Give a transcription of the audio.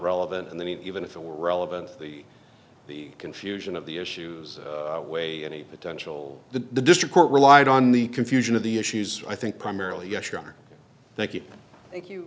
relevant and then even if it were relevant to the confusion of the issues way any potential the district court relied on the confusion of the issues i think primarily yes your honor thank you thank you